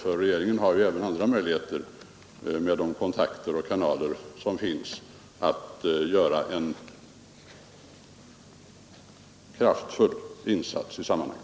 Med de kontakter och kanaler regeringen kan utnyttja har den ju möjligheter att göra en kraftfull insats i dessa sammanhang.